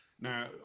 now